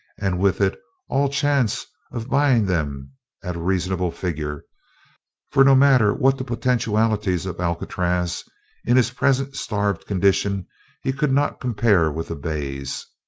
and with it all chance of buying them at a reasonable figure for no matter what the potentialities of alcatraz in his present starved condition he could not compare with the bays.